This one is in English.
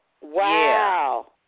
wow